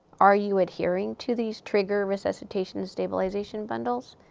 are you adhering to these trigger resuscitation and stabilization bundles?